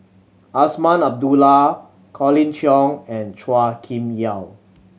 Azman Abdullah Colin Cheong and Chua Kim Yeow